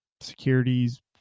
securities